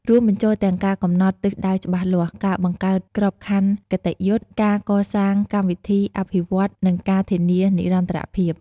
រួមបញ្ចូលទាំងការកំណត់ទិសដៅច្បាស់លាស់ ការបង្កើតក្របខ័ណ្ឌគតិយុត្ត ការកសាងកម្មវិធីអភិវឌ្ឍន៍ និងការធានានិរន្តរភាព។